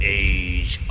age